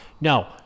no